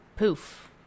poof